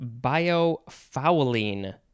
biofouling